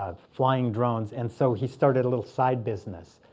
ah flying drones. and so he started a little side business